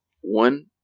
one